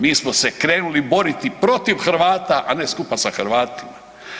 Mi smo se krenuli boriti protiv Hrvata, a ne skupa sa Hrvatima.